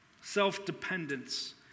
self-dependence